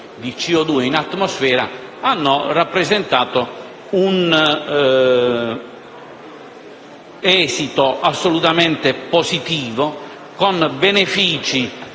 di CO2 in atmosfera abbia presentato un esito assolutamente positivo, con benefici